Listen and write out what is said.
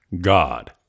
God